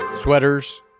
Sweaters